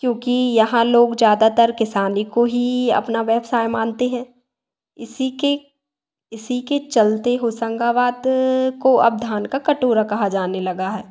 क्योंकि यहाँ लोग ज़्यादातर किसानी को ही अपना व्यवसाय मानते हैं इसी के इसी के चलते होशंगाबाद को अब धान का कटोरा कहा जाने लगा है